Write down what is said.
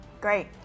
Great